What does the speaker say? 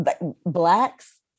blacks